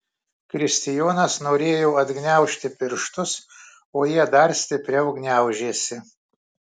kristijonas norėjo atgniaužti pirštus o jie dar stipriau gniaužėsi